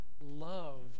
love